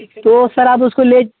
तो सर आप उसको ले